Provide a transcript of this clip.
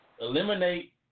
eliminate